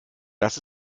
das